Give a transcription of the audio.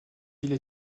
ville